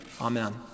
Amen